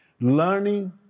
learning